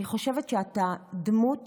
אני חושבת שאתה דמות